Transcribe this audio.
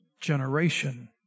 generation